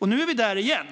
Nu är vi där igen.